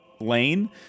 lane